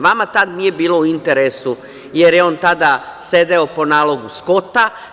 Vama tada nije bilo u interesu, jer je on tada sedeo po nalogu Skota.